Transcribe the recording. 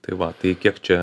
tai va tai kiek čia